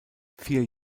vier